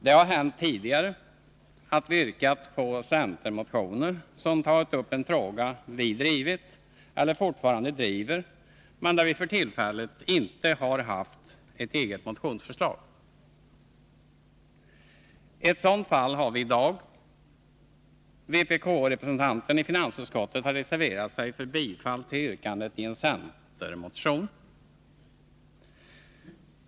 Det har hänt tidigare att vi yrkat bifall till centermotioner som tagit upp frågor som vi drivit eller fortfarande driver, men där vi för tillfället inte haft ett eget motionsförslag. Ett sådant fall har vi också i dag. Vpk-representanten i finansutskottet har reserverat sig för bifall till yrkandet i en centermotion.